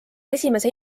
esimese